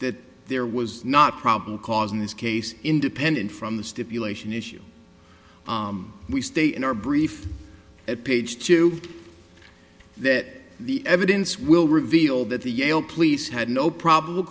that there was not probable cause in this case independent from the stipulation issue we stay in our brief at page two that the evidence will reveal that the yale police had no prob